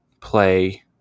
play